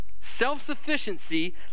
Self-sufficiency